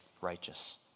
righteous